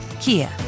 Kia